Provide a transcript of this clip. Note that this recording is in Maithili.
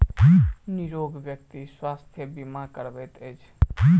निरोग व्यक्ति स्वास्थ्य बीमा करबैत अछि